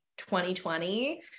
2020